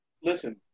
listen